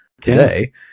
today